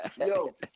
Yo